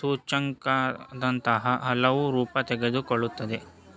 ಸೂಚ್ಯಂಕದಂತಹ ಹಲವು ರೂಪ ತೆಗೆದುಕೊಳ್ಳುತ್ತೆ